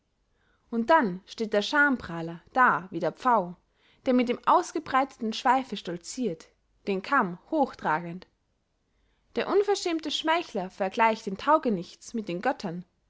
und dann steht der schamprahler da wie der pfau der mit dem ausgebreiteten schweife stolziert den kamm hochtragend der unverschämte schmeichler vergleicht den taugenichts mit den göttern